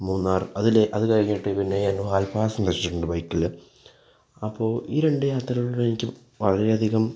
മൂന്നാർ അതിൽ അത് കഴിഞ്ഞിട്ട് പിന്നെ ഞാൻ വാൽപ്പാറ സന്ദർശിച്ചിട്ടുണ്ട് ബൈക്കിൽ അപ്പോൾ ഈ രണ്ട് യാത്രകൾ എനിക്ക് വളരെ അധികം